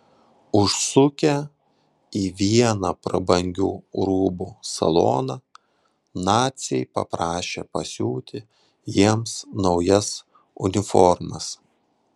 užsukę į vieną prabangių rūbų saloną naciai paprašė pasiūti jiems naujas uniformas